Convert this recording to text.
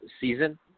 season